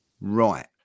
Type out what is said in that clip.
right